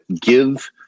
give